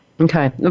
Okay